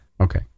okay